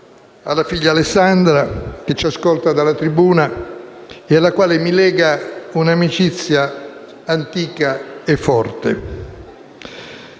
alla figlia Alessandra, che ci ascolta dalla tribuna, e alla quale mi lega un'amicizia antica e forte.